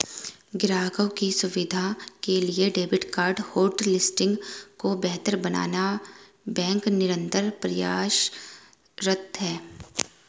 ग्राहकों की सुविधा के लिए डेबिट कार्ड होटलिस्टिंग को बेहतर बनाने बैंक निरंतर प्रयासरत है